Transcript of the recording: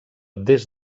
des